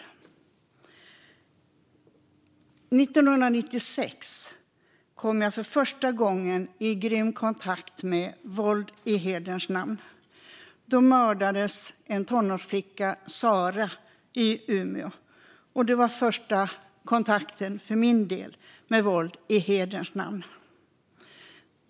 År 1996 kom jag för första gången i grym kontakt med våld i hederns namn. Då mördades en tonårsflicka, Sara, i Umeå. Detta var den första kontakten för min del med våld i hederns namn.